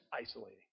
isolating